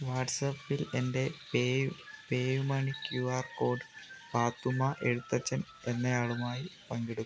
വാട്ട്സ്ആപ്പിൽ എൻ്റെ PayU PayUmoney Q R code Pathumma Ezhuthachan എന്നയാളുമായി പങ്കിടുക